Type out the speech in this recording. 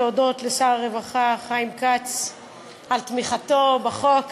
להודות לשר הרווחה חיים כץ על תמיכתו בחוק,